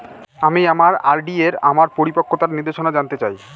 আমি আমার আর.ডি এর আমার পরিপক্কতার নির্দেশনা জানতে চাই